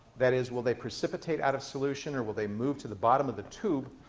that is, will they precipitate out of solution or will they move to the bottom of the tube?